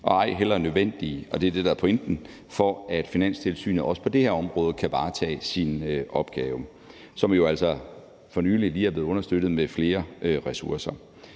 og ej heller nødvendige. Og det er det, der er pointen, for at Finanstilsynet også på det her område kan varetage sin opgave, som jo altså for nylig er blevet understøttet med flere ressourcer.